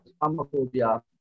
Islamophobia